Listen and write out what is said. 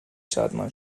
شادمان